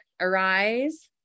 arise